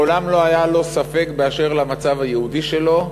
מעולם לא היה לו ספק באשר למצב היהודי שלו,